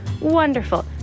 wonderful